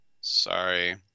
Sorry